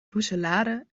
roeselare